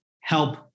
help